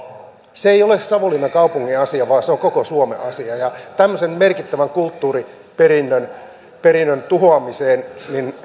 se ei ole savonlinnan kaupungin asia vaan se on koko suomen asia tämmöisen merkittävän kulttuuriperinnön tuhoamiseen